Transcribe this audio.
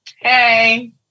Hey